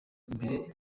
mbere